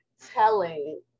telling